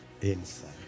inside